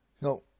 No